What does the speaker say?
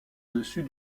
dessus